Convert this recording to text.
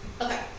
Okay